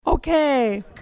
Okay